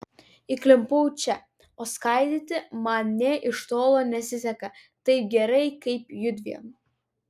įklimpau čia o skraidyti man nė iš tolo nesiseka taip gerai kaip judviem